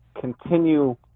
continue